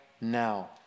now